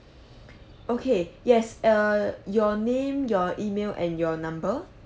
okay yes err your name your email and your number